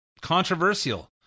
controversial